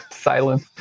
Silence